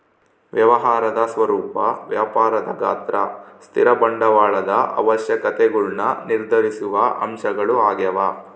ವ್ಯವಹಾರದ ಸ್ವರೂಪ ವ್ಯಾಪಾರದ ಗಾತ್ರ ಸ್ಥಿರ ಬಂಡವಾಳದ ಅವಶ್ಯಕತೆಗುಳ್ನ ನಿರ್ಧರಿಸುವ ಅಂಶಗಳು ಆಗ್ಯವ